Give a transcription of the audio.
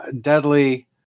Deadly